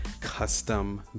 custom